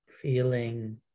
feeling